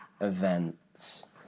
events